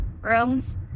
rooms